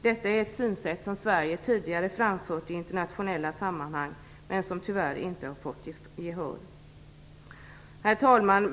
Detta är ett synsätt som Sverige tidigare framfört i internationella sammanhang men som tyvärr inte har fått gehör. Herr talman!